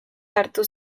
hartu